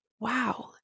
Wow